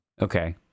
Okay